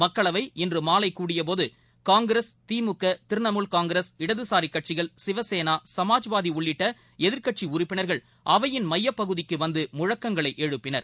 மக்களவை இன்று மாலை கூடியபோது காங்கிரஸ் திமுக திரிணாமுல் காங்கிரஸ் இடதுசாரி கட்சிகள் சிவசேனா சமாஜ்வாதி உள்ளிட்ட எதிர்க்கட்சி உறுப்பினர்கள் அவையின் மையப்பகுதிக்கு வந்து முழக்கங்களை எழுப்பினர்